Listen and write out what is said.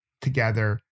together